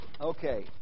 Okay